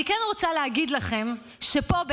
אני כן רוצה להגיד לכם שפה,